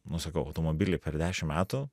nu sakau automobiliai per dešim metų